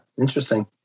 interesting